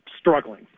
struggling